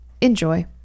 Enjoy